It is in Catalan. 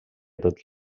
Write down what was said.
tot